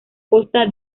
costa